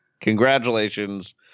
congratulations